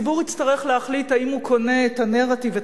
הציבור יצטרך להחליט אם הוא קונה את הנרטיב,